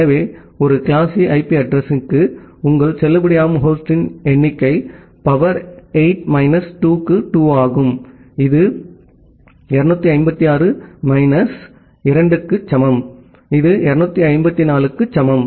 எனவே ஒரு class C IP அட்ரஸிங்க்கு உங்கள் செல்லுபடியாகும் ஹோஸ்டின் எண்ணிக்கை சக்தி 8 மைனஸ் 2 க்கு 2 ஆகும் இது 256 மைனஸ் 2 க்கு சமம் இது 254 க்கு சமம்